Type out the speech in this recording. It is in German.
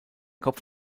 kopf